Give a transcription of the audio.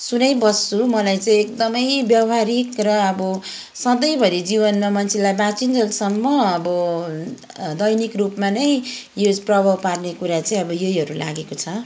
सुनाइबस्छु मलाई चाहिँ एकदमै व्यवहारिक र अब सधैँभरि जीवनमा मान्छेलाई बाँचिञ्जेलसम्म अब दैनिक रूपमा नै यो प्रभाव पार्ने कुरा चाहिँ अब यहीहरू लागेको छ